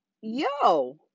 yo